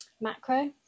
Macro